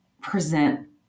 present